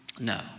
No